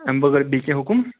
امہِ بغٲر بیٚیہِ کینہہ حُکم